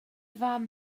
fam